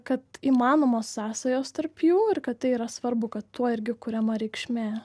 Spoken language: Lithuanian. kad įmanomos sąsajos tarp jų ir kad tai yra svarbu kad tuo irgi kuriama reikšmė